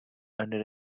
under